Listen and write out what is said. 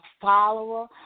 follower